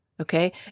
okay